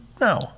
no